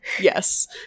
Yes